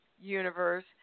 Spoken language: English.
universe